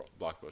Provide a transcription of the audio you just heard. blockbuster